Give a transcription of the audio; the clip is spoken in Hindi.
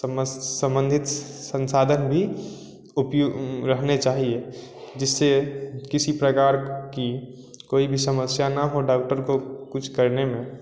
समस् सम्बंधित संसाधन भी उपयु रहने चाहिए जिससे किसी भी प्रकार की कोई भी समस्या ना हो डॉक्टर को कुछ करने में